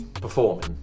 performing